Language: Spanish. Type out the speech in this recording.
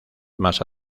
más